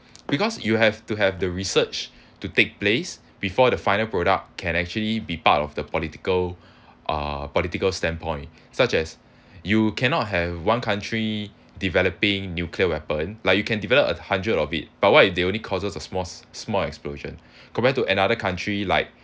because you have to have the research to take place before the final product can actually be part of the political uh political standpoint such as you cannot have one country developing nuclear weapon like you can develop a hundred of it but what if they only causes a small small explosion compared to another country like